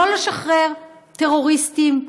לא לשחרר טרוריסטים.